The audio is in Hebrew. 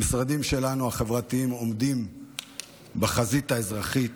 המשרדים החברתיים שלנו עומדים בחזית האזרחית,